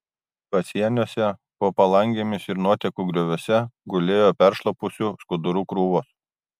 pasieniuose po palangėmis ir nuotekų grioviuose gulėjo peršlapusių skudurų krūvos